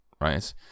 right